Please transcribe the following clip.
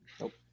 Nope